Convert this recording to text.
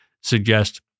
suggest